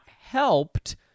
helped